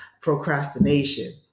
procrastination